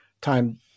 time